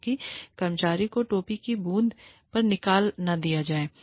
ताकि कर्मचारी को टोपी की बूंद पर निकाल न दिया जाए